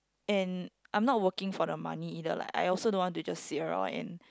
and I'm not working for the money either like I also don't want to just sit around and